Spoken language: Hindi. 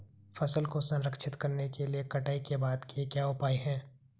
फसल को संरक्षित करने के लिए कटाई के बाद के उपाय क्या हैं?